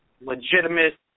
legitimate